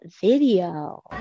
video